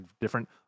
different